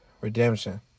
Redemption